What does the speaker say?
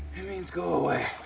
it means go away.